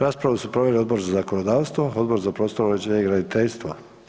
Raspravu su proveli Odbor za zakonodavstvo, Odbor za prostorno uređenje, graditeljstvo.